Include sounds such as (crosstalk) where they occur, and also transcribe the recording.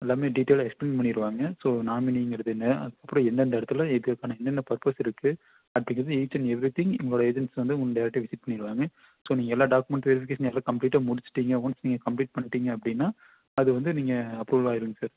எல்லாமே டீடைய்லா எக்ஸ்பிளைன் பண்ணிடுவாங்க ஸோ நாமினிங்கிறது என்ன அப்புறம் எந்தெந்த இடத்துல (unintelligible) என்னென்ன பர்ப்பஸ் இருக்குது அடுத்து வந்து இச் அன் எவ்ரித்திங் எங்களுடைய ஏஜெண்ட்ஸ் வந்து உங்களை டைரக்டாக விசிட் பண்ணிடுவாங்க ஸோ நீங்கள் எல்லா டாக்குமெண்ட் வெரிஃபிகேஷன் எல்லாம் கம்ப்ளீட்டாக முடிச்சுட்டீங்க ஒன்ஸ் நீங்கள் கம்ப்ளீட் பண்ணிட்டிங்க அப்படின்னா அதுவந்து நீங்கள் அப்ரூவல் ஆகிருங்க சார்